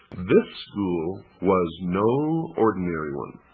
this school was no ordinary one.